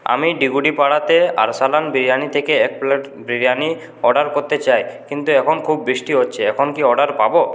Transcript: আমি ডিগুডি পাড়াতে আর্সালান বিরিয়ানি থেকে এক প্লেট বিরিয়ানি অর্ডার করতে চাই কিন্তু এখন খুব বৃষ্টি হচ্ছে এখন কি অর্ডার পাব